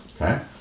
Okay